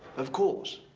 of course.